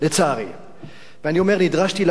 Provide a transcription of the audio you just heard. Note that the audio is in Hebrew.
אני אומר, נדרשתי לאיש הזה לפני שנתיים,